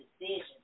decisions